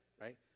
right